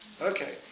Okay